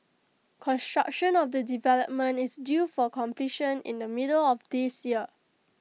construction of the development is due for completion in the middle of this year